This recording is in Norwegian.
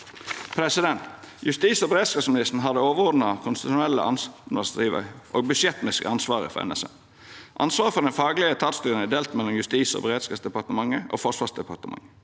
lånet. Justis- og beredskapsministeren har det overordna konstitusjonelle og budsjettmessige ansvaret for NSM. Ansvaret for den faglege etatstyringa er delt mellom Justis- og berdskapsdepartementet og Forsvarsdepartementet.